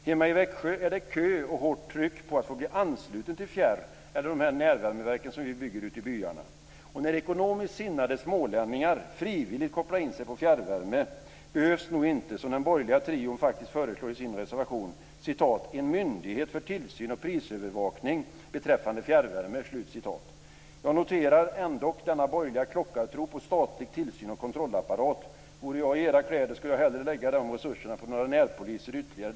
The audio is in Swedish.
Hemma i Växjö är det kö och hårt tryck på att få bli ansluten till fjärrvärmenätet och de närvärmeverk som vi bygger ute i byarna. När ekonomiskt sinnade smålänningar frivilligt kopplar in sig på fjärrvärme, behövs nog inte, som den borgerliga trion faktiskt föreslår i sin reservation, "en myndighet för tillsyn och prisövervakning beträffande fjärrvärme". Jag noterar ändock denna borgerliga klockartro på statlig tillsyn och kontrollapparat. Vore jag i era kläder skulle jag hellre lägga de resurserna på några närpoliser ytterligare!